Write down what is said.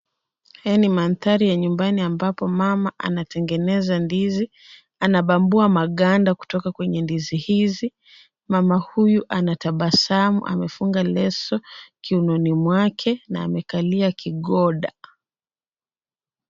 Hii ni mandhari ya nyumbani ambapo mama anatengeneza ndizi. Anabambua maganda kutoka kwenye ndizi hizi. Mama huyu anatabasamu. Amefunga leso kiunoni mwake na amekalia kigoda.